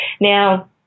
now